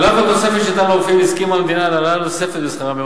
על אף התוספת שניתנה לרופאים הסכימה המדינה להעלאה נוספת בשכרם,